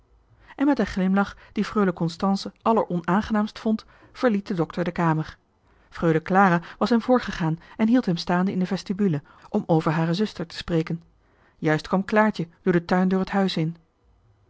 en met een glimlach dien freule constance alleronaangenaamst vond verliet de dokter de kamer freule clara was hem voorgegaan en hield hem staande in de vestibule om over hare zuster te spreken juist kwam claartje door de tuindeur het huis in